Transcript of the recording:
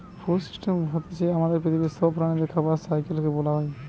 food system হতিছে আমাদের পৃথিবীর সব প্রাণীদের খাবারের সাইকেল কে বোলা হয়